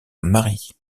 marie